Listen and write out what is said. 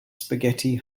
spaghetti